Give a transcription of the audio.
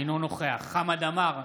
אינו נוכח חמד עמאר,